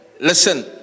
Listen